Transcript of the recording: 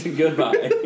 goodbye